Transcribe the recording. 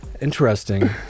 interesting